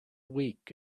week